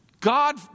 God